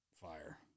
fire